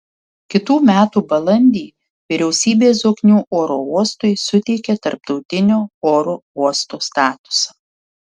kitų metų balandį vyriausybė zoknių oro uostui suteikė tarptautinio oro uosto statusą